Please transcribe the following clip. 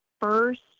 first